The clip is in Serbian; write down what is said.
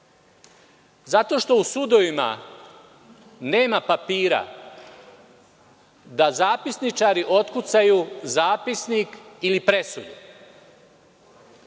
Zato što u sudovima nema papira da zapisničari otkucaju zapisnik ili presudu.